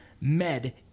med